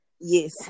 Yes